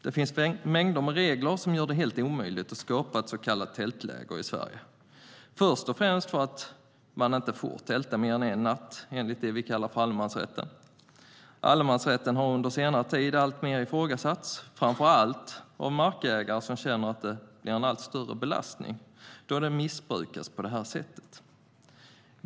Det finns mängder av regler som gör det helt omöjligt att skapa ett så kallat tältläger i Sverige.För det första får man inte tälta mer än en natt, enligt det vi kallar för allemansrätten. Allemansrätten har under senare tid alltmer ifrågasatts, framför allt av markägare som känner att den blir en allt större belastning då den missbrukas på det här sättet.